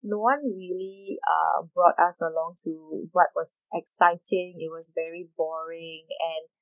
no one really uh brought us along to what was exciting it was very boring and